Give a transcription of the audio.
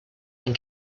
have